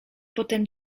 potem